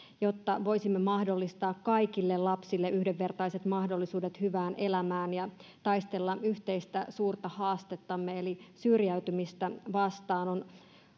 jotta voisimme mahdollistaa kaikille lapsille yhdenvertaiset mahdollisuudet hyvään elämään ja taistella yhteistä suurta haastettamme eli syrjäytymistä vastaan on